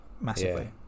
massively